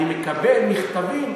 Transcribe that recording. אני מקבל מכתבים,